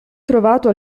trovato